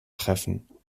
treffen